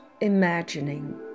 imagining